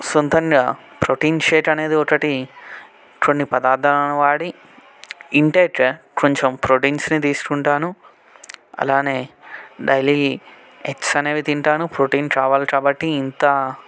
సొంతంగా protein shake అనేది ఒకటి కొన్ని పదార్థాలను వాడి ఇంటెక్గా కొంచెం ప్రోటీన్స్ని తీసుకుంటాను అలానే డైలీ ఎగ్స్ అనేవి తింటాను ప్రోటీన్ కావాలి కాబట్టి ఇంకా